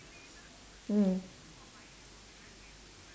mm